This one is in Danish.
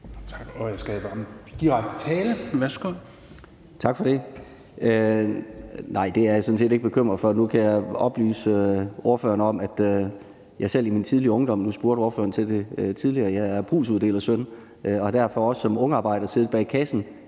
Tak for det.